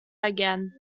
again